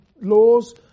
laws